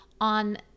on